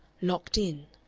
locked in.